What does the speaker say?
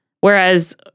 whereas